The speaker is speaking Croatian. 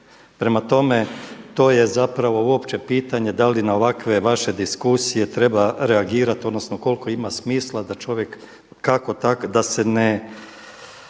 Prema tome, to je zapravo uopće pitanje da li na ovakve vaše diskusije treba reagirati odnosno koliko ima smisla da čovjek kako tako, da se ne